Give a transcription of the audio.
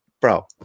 bro